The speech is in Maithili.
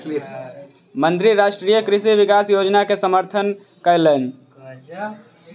मंत्री राष्ट्रीय कृषि विकास योजना के समर्थन कयलैन